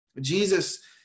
Jesus